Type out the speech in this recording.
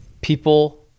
people